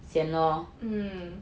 mm